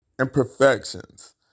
imperfections